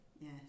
Yes